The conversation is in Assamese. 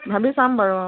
ভাবি চাম বাৰু অ